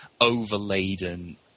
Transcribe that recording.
overladen